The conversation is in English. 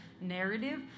narrative